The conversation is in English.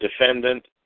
defendant